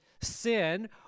sin